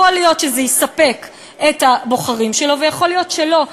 יכול להיות שזה יספק את הבוחרים שלו ויכול להיות שלא,